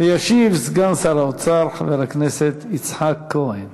ישיב סגן שר האוצר חבר הכנסת יצחק כהן.